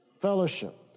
fellowship